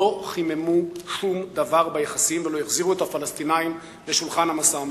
לא חיממו שום דבר ביחסים ולא החזירו את הפלסטינים לשולחן המשא-ומתן.